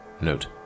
Note